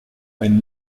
ein